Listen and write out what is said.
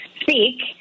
speak